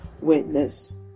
witness